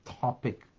topic